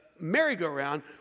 merry-go-round